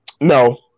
No